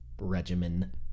regimen